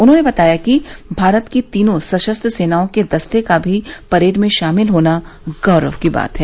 उन्होंने बताया कि भारत की तीनों सशस्त्र सेनाओं के दस्ते का भी परेड में शामिल होना गौरव की बात है